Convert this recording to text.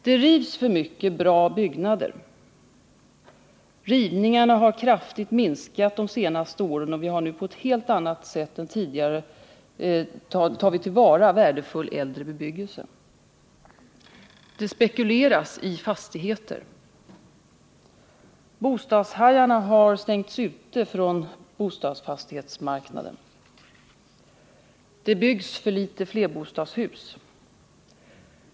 Det rivs för många bra byggnader. — Rivningarna har kraftigt minskat de senaste åren och vi har nu på ett helt annat sätt än tidigare tagit till vara värdefull äldre bebyggelse. Det spekuleras i fastigheter. — Bostadshajarna har stängts ute från bostadsfastighetsmarknaden. Det byggs för litet flerbostadshus.